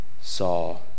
saw